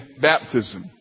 baptism